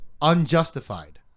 unjustified